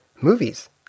movies